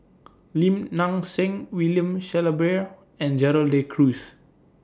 Lim Nang Seng William Shellabear and Gerald De Cruz